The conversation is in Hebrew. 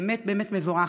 באמת באמת מבורך.